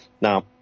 Now